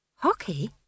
Hockey